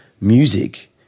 music